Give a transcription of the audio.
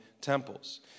temples